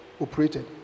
operated